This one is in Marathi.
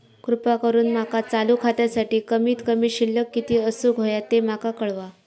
कृपा करून माका चालू खात्यासाठी कमित कमी शिल्लक किती असूक होया ते माका कळवा